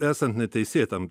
esant neteisėtam